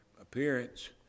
appearance